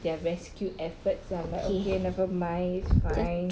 their rescue efforts so I'm like okay nevermind it's fine